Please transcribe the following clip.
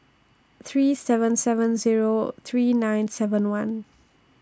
three seven seven Zero three nine seven one